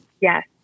Yes